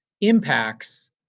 impacts